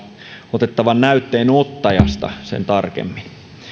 otettavan näytteen ottajasta sen tarkemmin